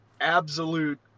absolute